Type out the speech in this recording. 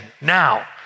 now